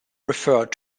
referred